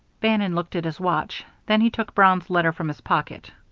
bannon looked at his watch then he took brown's letter from his pocket.